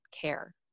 care